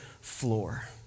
floor